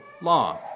law